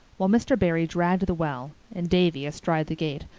while mr. barry dragged the well, and davy, astride the gate,